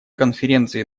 конференции